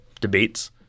debates